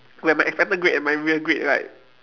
when my expected grade and my real grade right